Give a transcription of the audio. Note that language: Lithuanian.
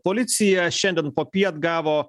policija šiandien popiet gavo